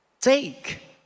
take